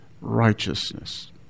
righteousness